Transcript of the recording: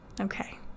Okay